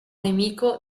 nemico